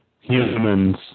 humans